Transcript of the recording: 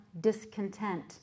discontent